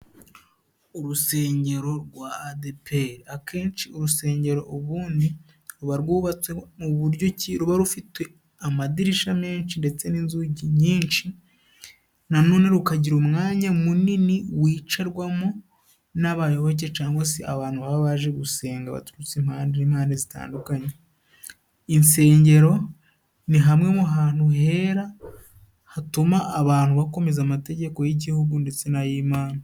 Urusengero rwa Adeperi, akenshi urusengero ubundi ruba rwubatse mu buryo ki ruba rufite amadirisha menshi ndetse n'inzugi nyinshi, nanone rukagira umwanya munini wicarwamo n'abayoboke cangwa se abantu baba baje gusenga baturutse impande zitandukanye. Insengero ni hamwe mu hantu hera hatuma abantu bakomeza amategeko y'igihugu ndetse n'ay'Imana.